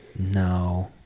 no